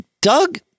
Doug